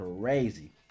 crazy